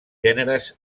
gèneres